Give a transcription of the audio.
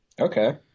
okay